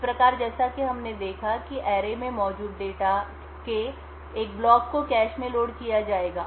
इस प्रकार जैसा कि हमने देखा कि एरेसरणी में मौजूद डेटा के एक ब्लॉक को कैश में लोड किया जाएगा